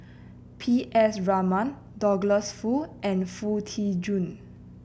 P S Raman Douglas Foo and Foo Tee Jun